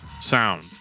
sound